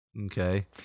Okay